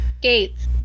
Gates